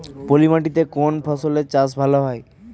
পলি মাটিতে কোন ফসলের চাষ ভালো হয়?